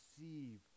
receive